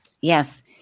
Yes